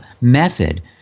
method